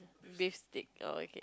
beef steak okay